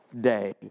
day